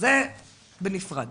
זה בנפרד.